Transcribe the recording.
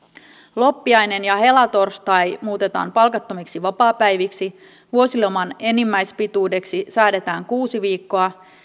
loppiainen ja helatorstai muutetaan palkattomiksi vapaapäiviksi vuosiloman enimmäispituudeksi säädetään kuusi viikkoa